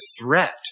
threat